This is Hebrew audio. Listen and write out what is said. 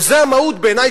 וזאת המהות בעיני.